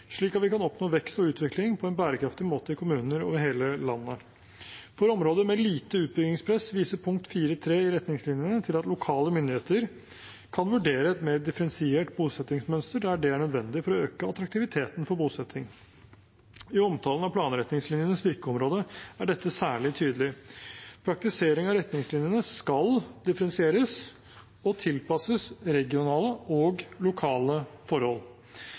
slik at vi kan oppnå vekst og utvikling på en bærekraftig måte i kommuner over hele landet. For områder med lite utbyggingspress viser punkt 4.3 i retningslinjene til at lokale myndigheter kan vurdere et mer differensiert bosettingsmønster der det er nødvendig for å øke attraktiviteten for bosetting. I omtalen av planretningslinjenes virkeområde er dette særlig tydelig. Praktisering av retningslinjene skal differensieres og tilpasses regionale og lokale forhold.